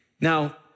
Now